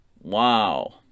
Wow